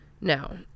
No